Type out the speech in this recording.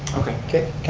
okay. okay,